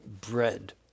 bread